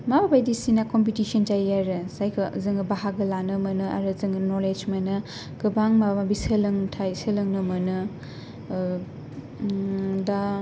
बायदिसिना कमपिटिसन जायो आरो जायखौ जों बाहागो लानो मोनो आरो जोङो नलेज मोनो गोबां माबा माबि सोलोंथाइ सोलोंनो मोनो दा